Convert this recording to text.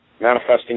Manifesting